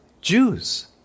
Jews